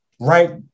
Right